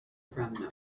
from